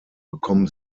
bekommen